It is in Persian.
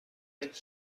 کنید